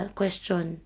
question